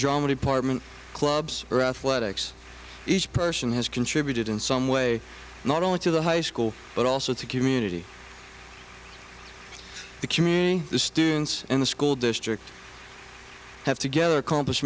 drama department clubs or athletics each person has contributed in some way not only to the high school but also to community the community the students in the school district have together accomplish